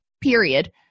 period